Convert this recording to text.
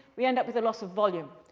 we end up with a loss of volume.